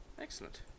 excellent